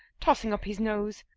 tossing up his nose.